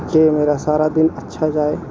جو میرا سارا دن اچھا جائے